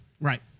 Right